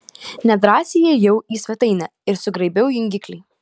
nedrąsiai įėjau į svetainę ir sugraibiau jungiklį